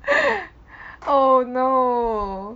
oh no